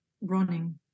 running